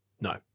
No